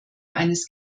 eines